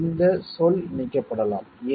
இந்த சொல் நீக்கப்படலாம் ஏன்